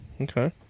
Okay